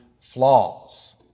flaws